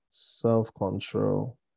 self-control